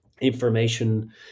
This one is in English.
information